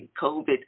COVID